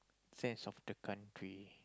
sense of the country